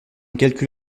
calcul